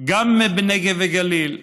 גם בנגב ובגליל,